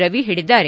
ರವಿ ಹೇಳಿದ್ದಾರೆ